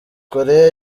koreya